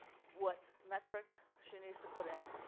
what metric she needs to put in,